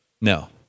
no